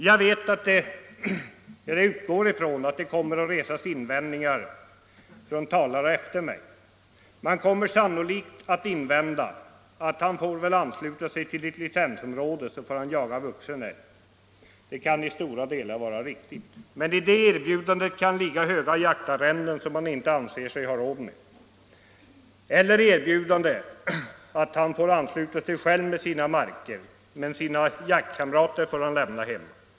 Jag utgår ifrån att det kommer att resas invändningar från talare efter mig. Man kommer sannolikt att invända att jägaren i detta fall väl får ansluta sig till ett licensområde för att få möjlighet att jaga vuxen älg. Det kan i stora drag vara riktigt. Men i det erbjudandet kan ligga höga jaktarrenden, som han inte anser sig ha råd med, eller ett erbjudande om att han får ansluta sig själv med sina marker men får lämna sina jaktkamrater hemma.